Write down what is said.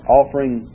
offering